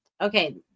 okay